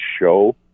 show